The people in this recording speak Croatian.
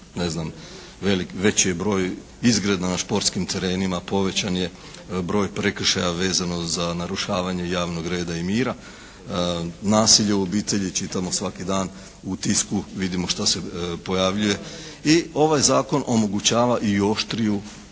ne znam, veći je broj izgreda na športskim terenima, povećan je broj prekršaja vezano za narušavanje javnog reda i mira. Nasilje u obitelji čitamo svaki dan, u tisku vidimo šta se pojavljuje i ovaj zakon omogućava i oštriju